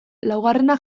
laugarrena